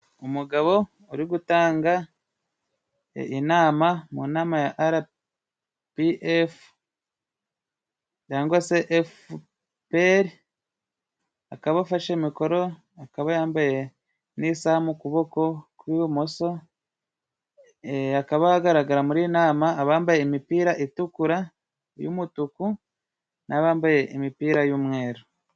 Umugabo uri gutanga inama, mu nama ya rpf cyangwa se fpr, akaba afashe mikoro, akaba yambaye n'isaha mu kuboko kw'ibumoso, akaba hagaragara muri iyi nama abambaye imipira itukura y'umutuku, nabambaye imipira y'umweru.